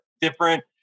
different